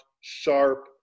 sharp